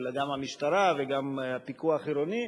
גם של המשטרה וגם של הפיקוח העירוני,